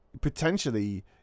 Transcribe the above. potentially